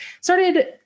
started